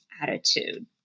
attitude